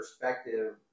perspective